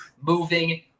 moving